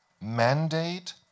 mandate